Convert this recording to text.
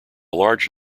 large